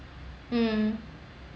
mm